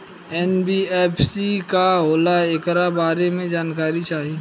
NBFC का होला ऐकरा बारे मे जानकारी चाही?